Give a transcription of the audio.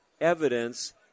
evidence